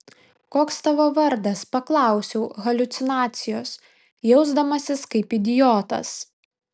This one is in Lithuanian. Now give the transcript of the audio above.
koks tavo vardas paklausiau haliucinacijos jausdamasis kaip idiotas